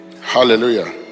hallelujah